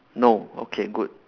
no okay good